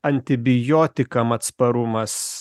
antibiotikam atsparumas